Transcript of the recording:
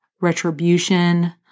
retribution